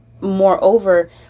moreover